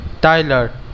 tyler